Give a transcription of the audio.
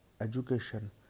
education